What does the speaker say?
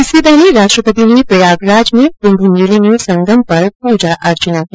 इससे पहले राष्ट्रपति ने प्रयागराज में कुम्भ मेले में संगम पर पूजा अर्चना की